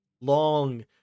long